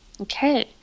Okay